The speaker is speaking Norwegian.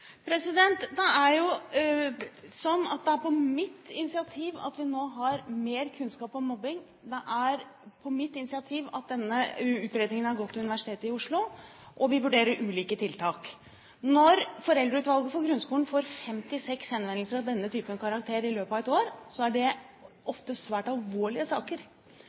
Det er på mitt initiativ at vi nå har mer kunnskap om mobbing. Det er på mitt initiativ at denne utredningen har gått til Universitetet i Oslo. Og vi vurderer ulike tiltak. Når Foreldreutvalget for grunnskolen får 56 henvendelser av denne karakter i løpet av ett år, er det ofte svært alvorlige saker.